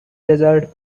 desert